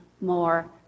more